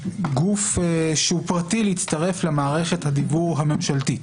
גוף שהוא פרטי להצטרף למערכת הדיוור הממשלתית.